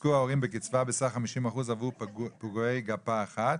יזכו ההורים בקצבה בסך 50% עבור פגועי גפה אחת.